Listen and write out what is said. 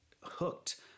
hooked